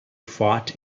fought